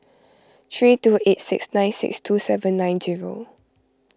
three two eight six nine six two seven nine zero